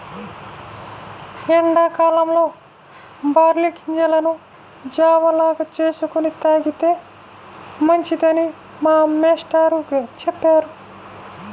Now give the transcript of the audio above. ఎండా కాలంలో బార్లీ గింజలను జావ లాగా చేసుకొని తాగితే మంచిదని మా మేష్టారు చెప్పారు